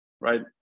right